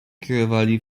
kierowali